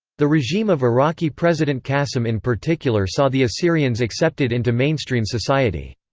the regime of iraqi president kassim in particular saw the assyrians accepted into mainstream society.